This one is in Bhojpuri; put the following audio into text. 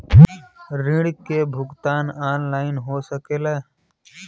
ऋण के भुगतान ऑनलाइन हो सकेला?